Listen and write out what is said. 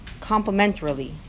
complementarily